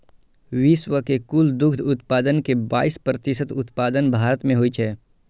विश्व के कुल दुग्ध उत्पादन के बाइस प्रतिशत उत्पादन भारत मे होइ छै